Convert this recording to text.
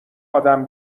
آدم